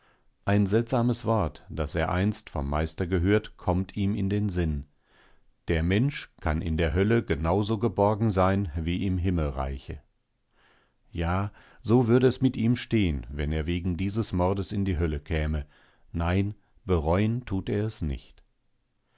ein seltsames wort das er einst vom meister gehört kommt ihm in den sinn der mensch kann in der hölle genau so geborgen sein wie im himmelreiche ja so würde es mit ihm stehen wenn er wegen dieses mordes in die hölle käme nein bereuen tut er es nicht